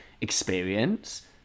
experience